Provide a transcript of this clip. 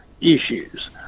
issues